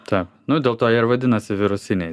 taip nu dėl to ir vadinasi virusiniai